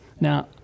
now